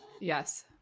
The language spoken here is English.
yes